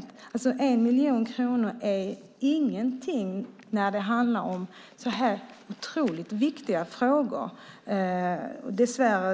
Ett anslag på 1 miljon kronor är ingenting när det handlar om så otroligt viktiga frågor. Dess värre